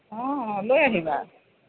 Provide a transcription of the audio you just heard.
অঁ অঁ লৈ আহিবা